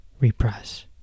repress